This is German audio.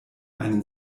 einen